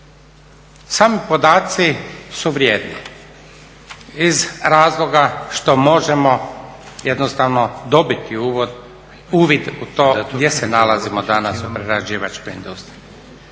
Samo podaci su vrijedni iz razloga što možemo jednostavno dobiti uvid u to gdje se nalazimo danas u prerađivačkoj industriji.